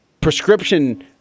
prescription